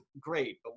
great